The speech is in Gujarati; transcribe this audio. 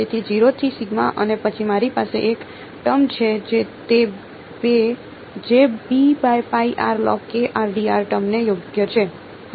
તેથી 0 થી અને પછી મારી પાસે એક ટર્મ છે જે તે બે ટર્મ ને યોગ્ય છે